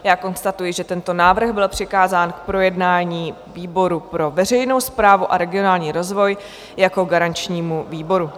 Konstatuji, že tento návrh byl přikázán k projednání výboru pro veřejnou správu a regionální rozvoj jako garančnímu výboru.